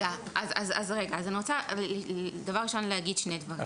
רגע, אני רוצה להגיד שני דברים.